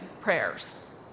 prayers